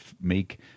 make